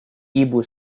ibu